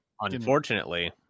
Unfortunately